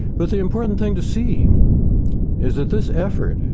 but the important thing to see is that this effort,